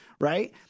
right